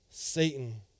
Satan